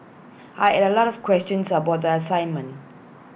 I had A lot of questions about the assignment